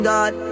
God